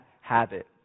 habit